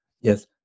Yes